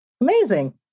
Amazing